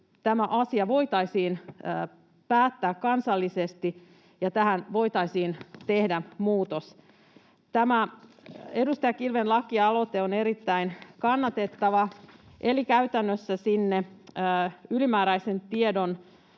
tämä asia voitaisiin päättää kansallisesti ja tähän voitaisiin tehdä muutos. Tämä edustaja Kilven lakialoite on erittäin kannatettava, eli käytännössä sinne ylimääräisen tiedon